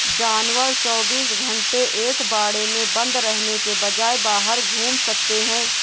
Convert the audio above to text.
जानवर चौबीस घंटे एक बाड़े में बंद रहने के बजाय बाहर घूम सकते है